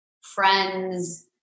friends